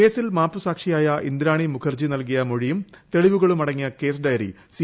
കേസിൽ മാപ്പുസാക്ഷിയായ ഇന്ദ്രാണി മുഖർജി നൽകിയ മൊഴിയും തെളിവുകളും അടങ്ങിയ കേസ് ഡയറി സി